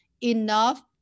enough